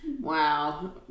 Wow